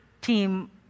team